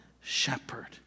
shepherd